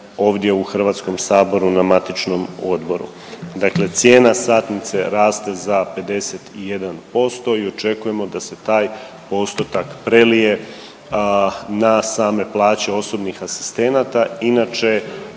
ovdje u Hrvatskom saboru na matičnom odboru. Dakle, cijena satnice raste za 51% i očekujemo da se taj postotak prelije na same plaće osobnih asistenata.